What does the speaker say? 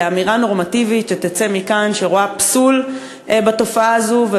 לאמירה נורמטיבית שתצא מכאן שרואה פסול בתופעה הזאת,